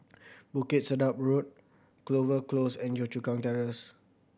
Bukit Sedap Road Clover Close and Yio Chu Kang Terrace